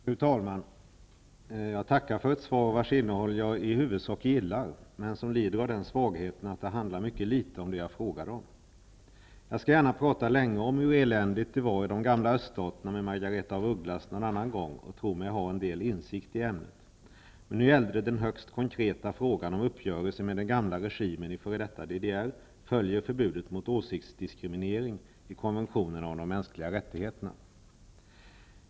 Fru talman! Jag tackar för ett svar vars innehåll jag i huvudsak gillar, men som lider av den svagheten att det handlar mycket litet om det jag frågade om. Jag skall gärna någon annan gång tala länge med Margaretha af Ugglas om hur eländigt det var i de gamla öststaterna, och jag tror mig ha en del insikt i ämnet. Men nu gällde det den högst konkreta frågan om huruvida uppgörelsen med den gamla regimen i f.d. DDR följer förbudet mot åsiktsdiskriminering i konventionerna om de mänskliga rättigheterna.